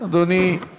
להצבעה שמית.